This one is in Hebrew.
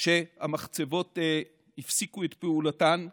שהמחצבות הפסיקו את פעולתן לתמיד.